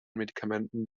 medikamenten